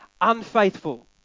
unfaithful